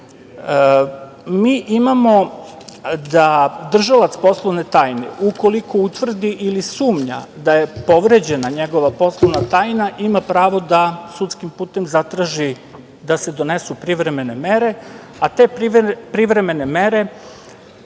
imamo da držalac poslovne tajne, ukoliko utvrdi ili sumnja da je povređena njegova poslovna tajna, ima pravo da sudskim putem zatraži da se donesu privremene mere, a te privremene mere